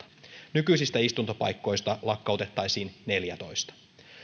nykyisistä istuntopaikoista lakkautettaisiin neljätoista